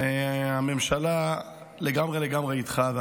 הממשלה לגמרי לגמרי איתך.